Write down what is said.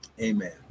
Amen